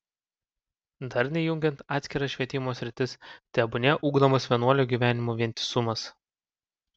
darniai jungiant atskiras švietimo sritis tebūnie ugdomas vienuolio gyvenimo vientisumas